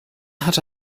hatte